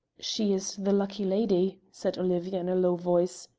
she is the lucky lady! said olivia in a low voice,